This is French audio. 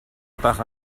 par